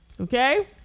okay